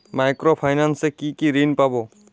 Micro finance এ কি কি ঋণ পাবো?